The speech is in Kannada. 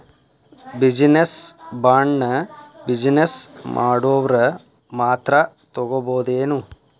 ಬಿಜಿನೆಸ್ ಬಾಂಡ್ನ ಬಿಜಿನೆಸ್ ಮಾಡೊವ್ರ ಮಾತ್ರಾ ತಗೊಬೊದೇನು?